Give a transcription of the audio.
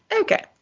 Okay